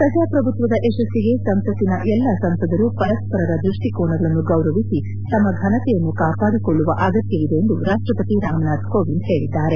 ಪ್ರಜಾಪ್ರಭುತ್ವದ ಯಶಸ್ಸಿಗೆ ಸಂಸತ್ತಿನ ಎಲ್ಲಾ ಸದಸ್ಕರು ಪರಸ್ಪರರ ದೃಷ್ಟಿಕೋನಗಳನ್ನು ಗೌರವಿಸಿ ತಮ್ಮ ಫನತೆಯನ್ನು ಕಾಪಾಡಿಕೊಳ್ಳುವ ಅಗತ್ಯವಿದೆ ಎಂದು ರಾಷ್ಟಪತಿ ರಾಮನಾಥ್ ಕೋವಿಂದ್ ಹೇಳಿದ್ದಾರೆ